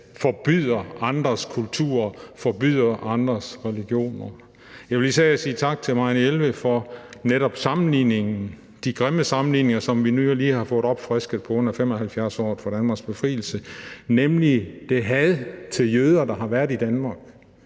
forbyder andres kulturer, forbyder andres religioner. Jeg vil især sige tak til Marianne Jelved for netop sammenligningen, de grimme sammenligninger, som vi nu lige har fået opfrisket på grund af 75-året for Danmarks befrielse, nemlig det had til jøder, der har været i Danmark,